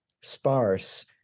sparse